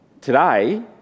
Today